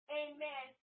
amen